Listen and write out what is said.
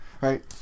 Right